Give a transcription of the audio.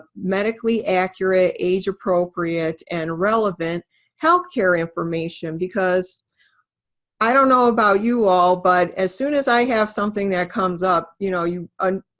medically accurate, age-appropriate, and relevant health care information. because i don't know about you all, but as soon as i have something that comes up, you know you um